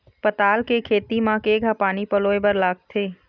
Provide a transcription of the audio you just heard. पताल के खेती म केघा पानी पलोए बर लागथे?